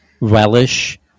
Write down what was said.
relish